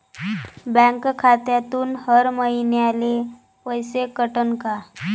Bank खात्यातून हर महिन्याले पैसे कटन का?